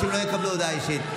30 לא יקבלו הודעה אישית.